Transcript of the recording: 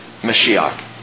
Mashiach